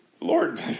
Lord